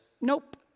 nope